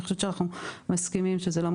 אני חושבת שאנחנו מסכימים על זה.